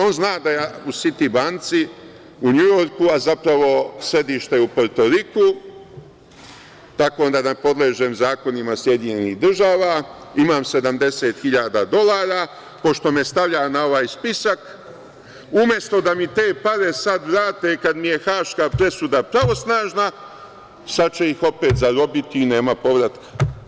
On zna da ja u „Siti banci“ u NJujorku, a zapravo sedište je u Portoriku, tako onda ne podležem zakonima SAD, imam 70 hiljada dolara, pošto me stavlja na ovaj spisak, umesto da mi te pare sada vrate kad mi je haška presuda pravosnažna, sad će ih opet zarobiti i nema povratka.